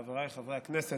חבריי חברי הכנסת,